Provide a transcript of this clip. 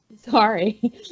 Sorry